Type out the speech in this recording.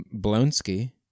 Blonsky